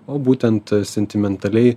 o būtent sentimentaliai